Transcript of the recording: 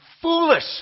foolish